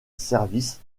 service